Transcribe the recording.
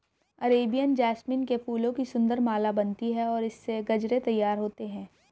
Arabian jasmine के फूलों की सुंदर माला बनती है और इससे गजरे तैयार होते हैं